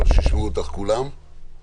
שאני צופה בהם כבר מתחילת